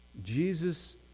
Jesus